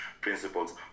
principles